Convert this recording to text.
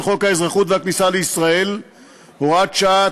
חוק האזרחות והכניסה לישראל (הוראת שעה),